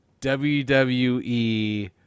WWE